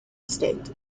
state